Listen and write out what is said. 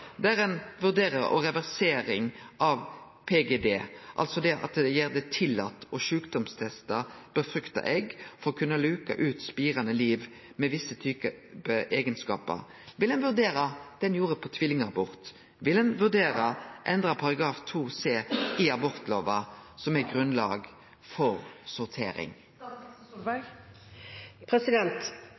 der ein vurderer ei reversering av PGD, altså at ein gjer det tillate å sjukdomsteste befrukta egg for å kunne luke ut spirande liv med visse typar eigenskapar? Vil ein vurdere det ein gjorde på tvillingabort. Vil ein vurdere å endre § 2 c i abortlova, som er grunnlag for